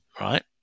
right